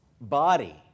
body